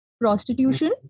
prostitution